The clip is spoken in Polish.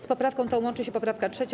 Z poprawką tą łączy się poprawka 3.